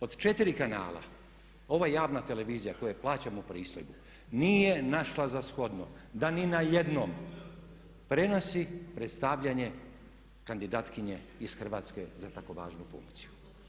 Od četiri kanala, ova javna televizija koju plaćamo pristojbu nije našla za shodno da ni na jednom prenosi predstavlja kandidatkinje iz Hrvatske za tako važnu funkciju.